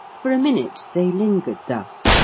for a minute they lingered thus,